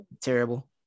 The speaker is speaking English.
terrible